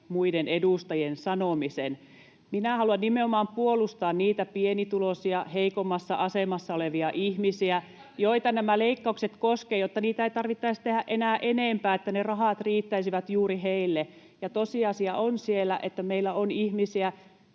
muiden edustajien sanomiset. Minä haluan nimenomaan puolustaa niitä pienituloisia, heikommassa asemassa olevia ihmisiä, [Vasemmalta: Te leikkaatte heiltä!] joita nämä leikkaukset koskevat, jotta niitä ei tarvitsisi tehdä enää enempää ja ne rahat riittäisivät juuri heille. Tosiasia on, että meillä on myös ihmisiä,